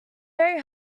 very